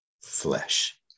flesh